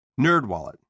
NerdWallet